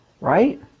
Right